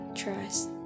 trust